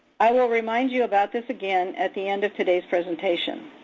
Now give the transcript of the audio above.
i will remind you about this again at the end of today's presentation.